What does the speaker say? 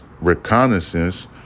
reconnaissance